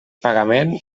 pagament